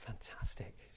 Fantastic